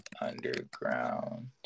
Underground